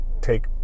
take